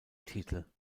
titel